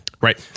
Right